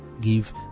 give